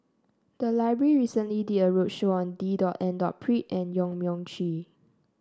the library recently did a roadshow on D dot and dot Pritt and Yong Mun Chee